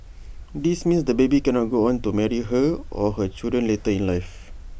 this means the baby cannot go on to marry her or her children later in life